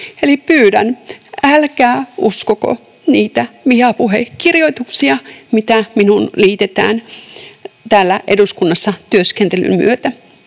pyydän, älkää uskoko niitä vihapuhekirjoituksia, mitä minuun liitetään täällä eduskunnassa työskentelyn myötä.